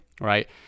right